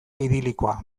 idilikoa